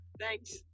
Thanks